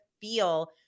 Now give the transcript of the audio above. feel